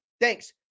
Thanks